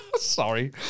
Sorry